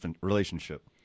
relationship